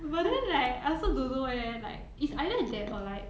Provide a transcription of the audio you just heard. but then like I also don't know eh like it's either that or like